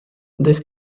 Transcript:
this